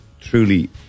truly